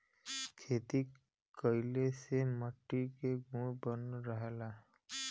खेती कइले से मट्टी के गुण बनल रहला